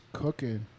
cooking